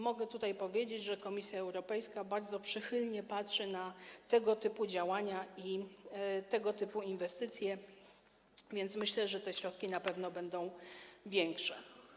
Mogę powiedzieć, że Komisja Europejska bardzo przychylnie patrzy na tego typu działania i inwestycje, więc myślę, że te środki na pewno będą większe.